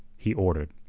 he ordered.